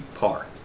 par